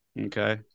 Okay